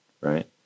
right